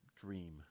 dream